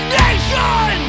nation